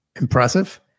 Impressive